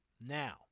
Now